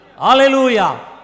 Hallelujah